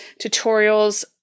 tutorials